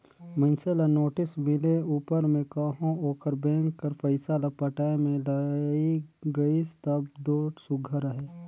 मइनसे ल नोटिस मिले उपर में कहो ओहर बेंक कर पइसा ल पटाए में लइग गइस तब दो सुग्घर अहे